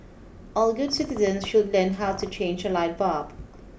all good citizens should learn how to change a light bulb